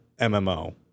MMO